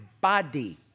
body